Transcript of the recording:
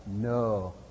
No